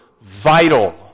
vital